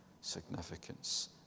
significance